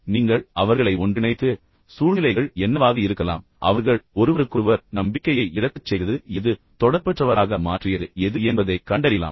பின்னர் நீங்கள் அவர்களை ஒன்றிணைத்து சூழ்நிலைகள் என்னவாக இருக்கலாம் அவர்கள் ஒருவருக்கொருவர் நம்பிக்கையை இழக்கச் செய்தது எது குறிப்பாக கண்டறியலாம் தொடர்பற்றவராக மாற்றியது எது என்பதைக் கண்டறியலாம்